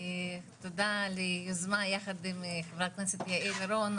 תודה על יוזמה יחד עם יעל רון,